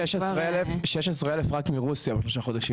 16 אלף, רק מרוסיה, בחמישה חודשים האלה.